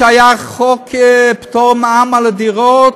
כשהיה חוק פטור ממע"מ על דירות,